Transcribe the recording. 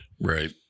Right